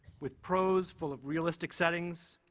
with prose full of realistic settings,